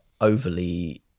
overly